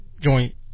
joint